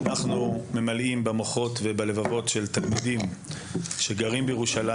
שאנחנו ממלאים במוחות ובלבבות של התלמידים שגרים בירושלים.